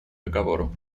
договору